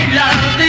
love